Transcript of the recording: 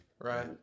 Right